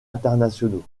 internationaux